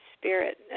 spirit